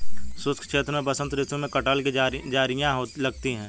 शुष्क क्षेत्र में बसंत ऋतु में कटहल की जिरीयां लगती है